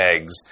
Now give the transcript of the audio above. eggs